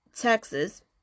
Texas